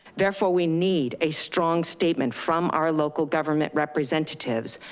therefore we need a strong statement from our local government representatives,